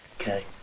Okay